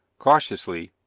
cautiously,